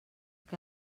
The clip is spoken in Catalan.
que